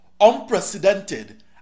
unprecedented